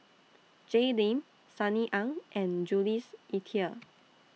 Jay Lim Sunny Ang and Jules Itier